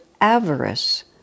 avarice